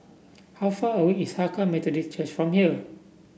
how far away is Hakka Methodist Church from here